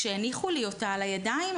כשהניחו לי אותה על הידיים,